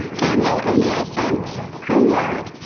daniel oneal sims, cum laude.